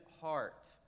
heart